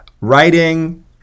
Writing